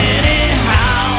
anyhow